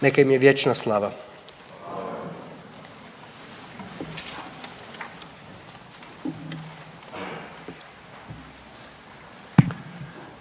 Neka mu je vječna hvala